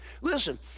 Listen